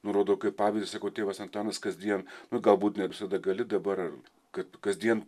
nurodau kaip pavyzdį sakau tėvas antanas kasdien na galbūt ne visada gali dabar kad kasdien